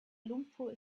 lumpur